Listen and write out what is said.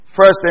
first